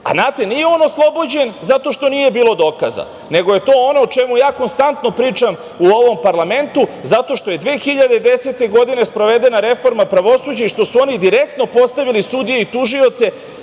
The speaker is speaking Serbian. Znate, nije on oslobođen zato što nije bilo dokaza, nego je to ono o čemu ja konstantno pričam u ovom parlamentu, zato što je 2010. godine sprovedena reforma pravosuđa i što su oni direktno postavili sudije i tužioce,